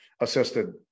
assisted